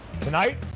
Tonight